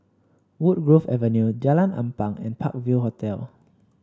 Woodgrove Avenue Jalan Ampang and Park View Hotel